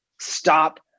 stop